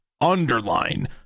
underline